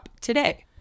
today